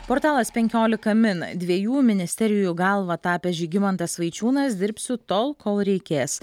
portalas penkiolika min dviejų ministerijų galva tapęs žygimantas vaičiūnas dirbsiu tol kol reikės